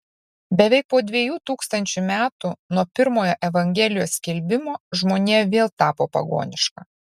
beveik po dviejų tūkstančių metų nuo pirmojo evangelijos skelbimo žmonija vėl tapo pagoniška